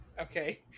okay